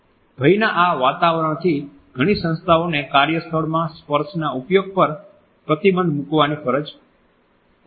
ભયના આ વાતાવરણ થી ઘણી સંસ્થાઓને કાર્યસ્થળમાં સ્પર્શના ઉપયોગ પર પ્રતિબંધ મૂકવાની ફરજ પડી છે